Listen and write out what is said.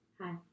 Hi